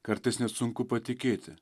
kartais net sunku patikėti